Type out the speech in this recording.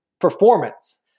performance